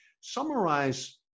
Summarize